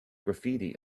graffiti